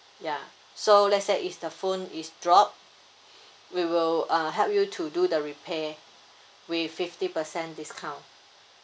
ya so let's say if the phone is drop we will uh help you to do the repair with fifty percent discount